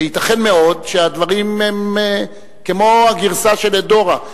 שייתכן מאוד שהדברים הם כמו הגרסה של א-דורה,